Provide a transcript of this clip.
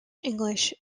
english